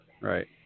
Right